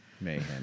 Mayhem